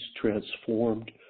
transformed